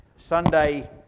Sunday